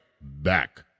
back